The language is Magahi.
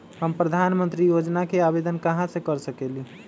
हम प्रधानमंत्री योजना के आवेदन कहा से कर सकेली?